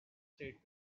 said